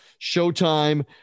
Showtime